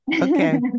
okay